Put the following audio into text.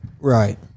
Right